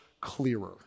clearer